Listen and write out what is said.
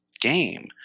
game